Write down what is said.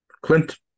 Clint